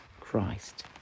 Christ